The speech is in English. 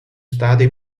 study